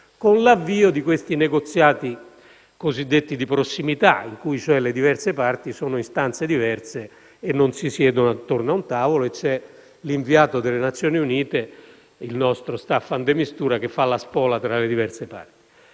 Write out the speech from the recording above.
con l'avvio di negoziati cosiddetti di prossimità, nei quali le diverse parti sono istanze diverse, non si siedono attorno a un tavolo e l'inviato delle Nazioni Unite, il nostro Staffan de Mistura, fa la spola tra le diverse parti.